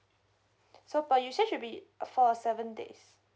so per usage will be uh for seven days